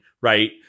right